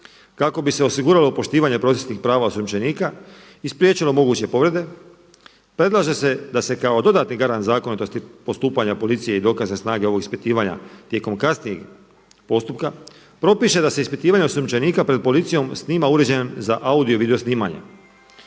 kako bi se osiguralo poštivanje procesnih prava osumnjičenika i spriječilo moguće povrede. Predlaže se da se kao dodatni garant zakonitosti postupanja policije i dokazne snage ovog ispitivanja tijekom kasnijeg postupka propiše da se ispitivanje osumnjičenika pred policijom snima uređajem za audio i video snimanje.